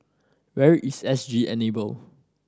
where is S G Enable